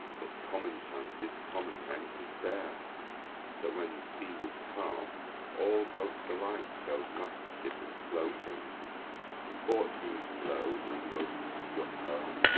that common chances common men could bear that when the sea was calm all boats alike show'd mastership in floating fortune's blows, when most struck home,